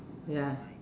ya